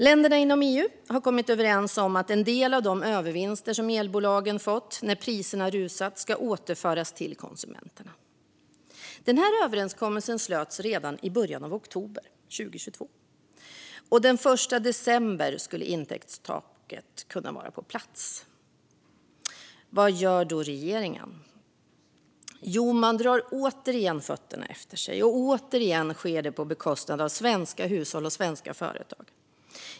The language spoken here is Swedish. Länderna inom EU har kommit överens om att en del av de övervinster som elbolagen har fått när priserna rusat ska återföras till konsumenterna. Den här överenskommelsen slöts redan i början av oktober 2022, och den 1 december skulle intäktstaket kunna vara på plats. Vad gör då regeringen? Jo, man drar återigen fötterna efter sig, och återigen sker det på bekostnad av svenska hushåll och svenska företag.